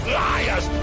liars